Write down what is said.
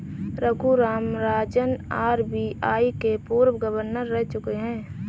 Raghuram Rajan RBI के पूर्व governor रह चुके हैं